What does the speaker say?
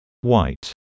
white